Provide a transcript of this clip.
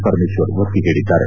ಪರಮೇಶ್ವರ್ ಒತ್ತಿ ಹೇಳಿದ್ದಾರೆ